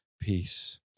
peace